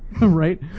Right